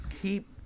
keep